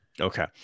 Okay